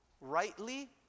rightly